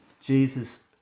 Jesus